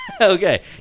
Okay